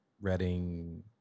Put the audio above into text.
Reading